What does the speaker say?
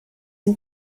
and